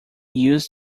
used